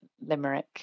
limerick